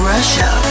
Russia